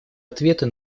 ответы